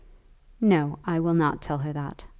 no i will not tell her that.